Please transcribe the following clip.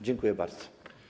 Dziękuję bardzo.